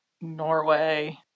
Norway